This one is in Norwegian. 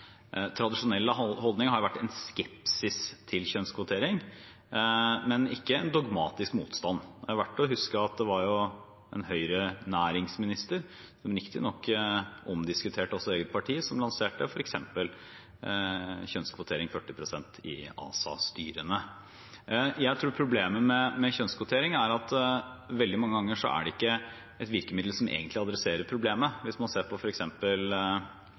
har vært en skepsis til kjønnskvotering, men ikke dogmatisk motstand. Det er verdt å huske at det var en Høyre-næringsminister – riktignok omdiskutert i eget parti – som lanserte f.eks. 40 pst. kjønnskvotering i ASA-styrene. Jeg tror problemet med kjønnskvotering er at veldig mange ganger er det ikke et virkemiddel som egentlig adresserer problemet. Hvis man ser på